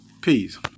Peace